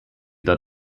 that